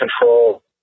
Control